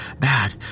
bad